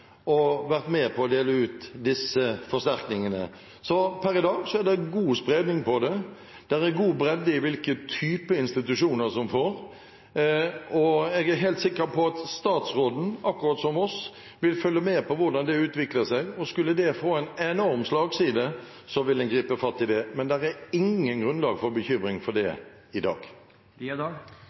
og vært med på å dele ut fra gaveforsterkningsordningen. Så per i dag er det god spredning på dem. Det er god bredde i hvilke type institusjoner som får, og jeg er helt sikker på at statsråden, akkurat som vi, vil følge med på hvordan det utvikler seg. Skulle det få en enorm slagside, vil en gripe fatt i det, men det er ikke noe grunnlag for bekymring for det i